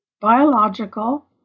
biological